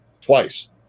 twice